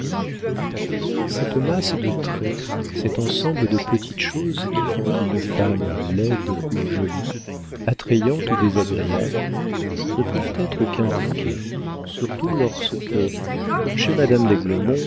cette masse de traits cet ensemble de petites choses qui font une femme laide ou jolie attrayante ou désagréable ne peuvent être qu'indiqués surtout lorsque comme chez madame